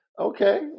Okay